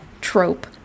trope